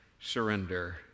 surrender